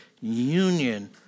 union